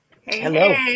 Hello